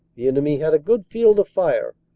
the enemy had a good field of fire,